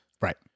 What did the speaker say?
Right